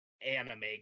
anime